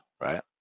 Right